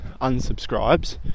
unsubscribes